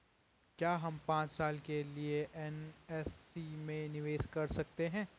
क्या हम पांच साल के लिए एन.एस.सी में निवेश कर सकते हैं?